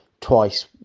twice